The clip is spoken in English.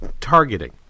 targeting